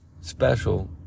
special